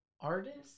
artist